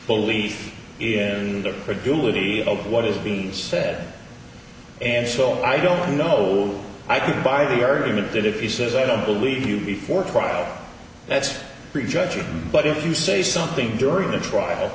belief in the ability of what is being said and so i don't know i could buy the argument that if he says i don't believe you before trial that's prejudging but if you say something during the trial